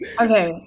Okay